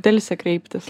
delsia kreiptis